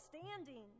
standing